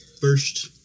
first